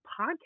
podcast